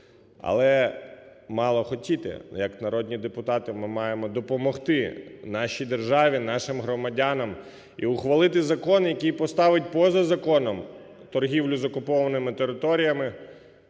Але мало хотіти! Як народні депутати ми маємо допомогти нашій державі, нашим громадянам і ухвалити закон, який поставить поза законом торгівлю з окупованими територіями